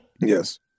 Yes